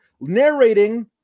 narrating